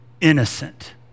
innocent